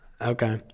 Okay